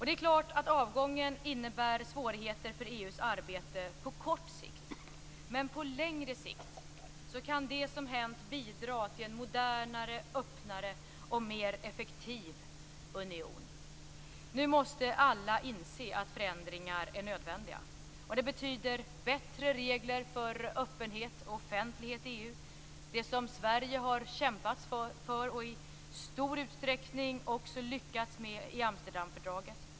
Det är klart att avgången innebär svårigheter för EU:s arbete på kort sikt, men på längre sikt kan det som hänt bidra till en modernare, öppnare och mer effektiv union. Nu måste alla inse att förändringar är nödvändiga. Det betyder bättre regler för öppenhet och offentlighet i EU, det som Sverige har kämpat för och i stor utsträckning också lyckats med i Amsterdamfördraget.